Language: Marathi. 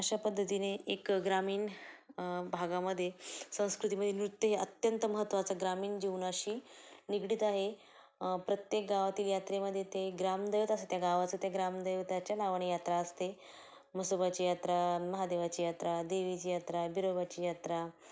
अशा पद्धतीने एक ग्रामीण भागामध्ये संस्कृतीमध्ये नृत्य हे अत्यंत महत्त्वाचं ग्रामीण जीवनाशी निगडीत आहे प्रत्येक गावातील यात्रेमध्ये ते ग्रामदैवत असते त्या गावाचं त्या ग्रामदैवताच्या नावाने यात्रा असते म्हसोबाची यात्रा महादेवाची यात्रा देवीची यात्रा बिरोबाची यात्रा